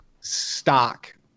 stock